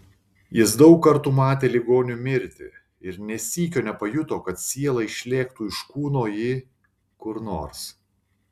jis daug kartų matė ligonių mirtį ir nė sykio nepajuto kad siela išlėktų iš kūno į kur nors